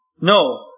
No